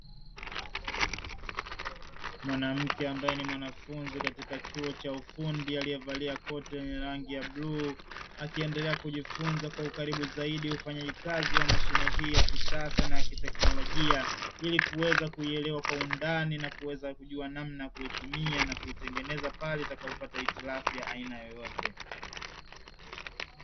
Mwanamke ambaye ni mwanafunzi katika chuo cha ufundi aliyevalia koti lenye rangi ya bluu, akiendelea kujifunza kwa ukaribu zaidi ufanyaji kazi wa mashine hii ya kisasa na ya kiteknolojia, ili kuweza kuielewa kwa undani na kuweza kujua namna ya kuitumia na kuitengeneza pale itakapopata hitilafu ya aina yoyote.